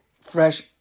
fresh